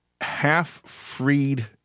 half-freed